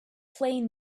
play